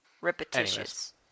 Repetitious